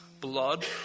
blood